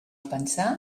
pensar